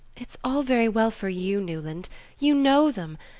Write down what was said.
it's all very well for you, newland you know them.